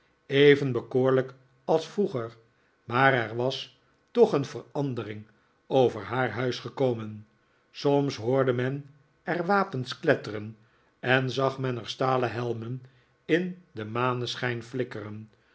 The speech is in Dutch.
even bekoorlijk als vroeger maar er was toch een verandering over haar huis gekomen soms hoorde men er wapens kletteren en zag men er stalen helmen in den maneschijn flikkeren